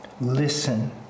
Listen